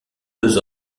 deux